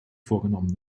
vorgenommen